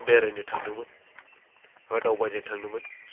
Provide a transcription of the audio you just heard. बेरायनो थांदोंमोन बा दावबायनो थांदोंमोन